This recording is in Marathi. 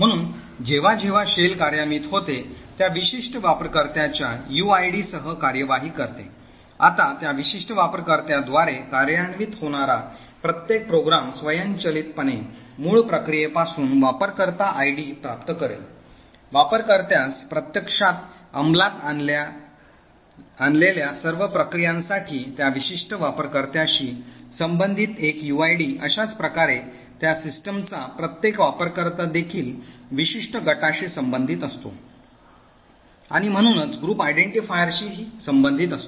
म्हणून जेव्हा जेव्हा शेल कार्यान्वित होते त्या विशिष्ट वापरकर्त्याच्या यूएडी सह कार्यवाही करते आता त्या विशिष्ट वापरकर्त्याद्वारे कार्यान्वित होणारा प्रत्येक प्रोग्राम स्वयंचलित पणे मूळ प्रक्रियेपासून वापरकर्ता आयडी प्राप्त करेल वापरकर्त्यास प्रत्यक्षात अंमलात आणलेल्या सर्व प्रक्रियांसाठी त्या विशिष्ट वापरकर्त्याशी संबंधित एक यूआयडी अशाच प्रकारे त्या सिस्टमचा प्रत्येक वापरकर्ता देखील विशिष्ट गटाशी संबंधित असतो आणि म्हणूनच group identifier शी संबंधित असतो